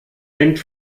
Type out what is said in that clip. hängt